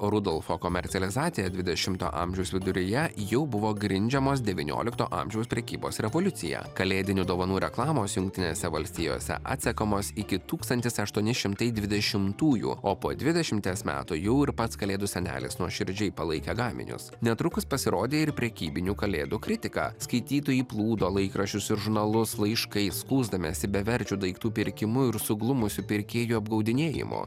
rudolfo komercializacija dvidešimto amžiaus viduryje jau buvo grindžiamos devyniolikto amžiaus prekybos revoliucija kalėdinių dovanų reklamos jungtinėse valstijose atsekamos iki tūkstantis aštuoni šimtai dvidešimtųjų o po dvidešimties metų jau ir pats kalėdų senelis nuoširdžiai palaikė gaminius netrukus pasirodė ir prekybinių kalėdų kritika skaitytojai plūdo laikraščius ir žurnalus laiškais skųsdamiesi beverčių daiktų pirkimu ir suglumusi pirkėjų apgaudinėjimu